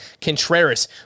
Contreras